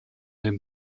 den